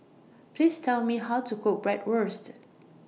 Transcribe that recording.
Please Tell Me How to Cook Bratwurst